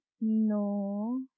No